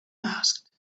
asked